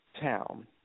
town